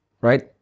right